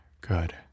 good